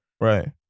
right